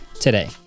today